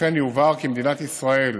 לכן יובהר כי מדינת ישראל,